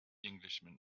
englishman